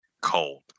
cold